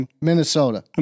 Minnesota